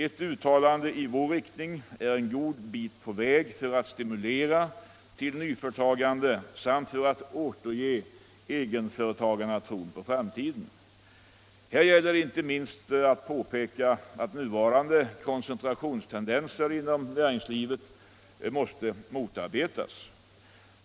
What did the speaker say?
Ett uttalande i den riktning vi begär skulle bidra till att stimulera nyföretagandet och till att återge egenföretagarna tron på framtiden. Här gäller det inte minst att påpeka att nuvarande koncentrationstendenser inom näringslivet måste motarbetas.